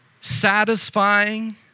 Satisfying